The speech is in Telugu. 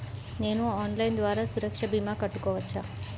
నేను ఆన్లైన్ ద్వారా సురక్ష భీమా కట్టుకోవచ్చా?